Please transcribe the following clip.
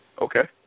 Okay